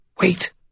Wait